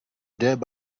dead